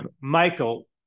michael